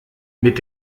mit